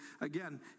again